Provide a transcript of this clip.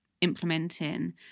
implementing